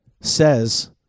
says